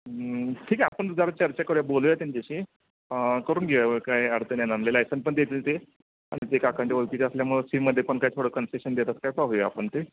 ठीक आहे आपण जरा चर्चा करूया बोलूया त्यांच्याशी करून घेऊया काही अडचण येणार नाही आणि लायसन पण देतील ते आणि ते काकांच्या ओळखीचे असल्यामुळं फीमध्ये पण काय थोडं कन्सेशन देतात काय पाहूया आपण ते